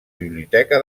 biblioteca